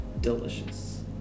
delicious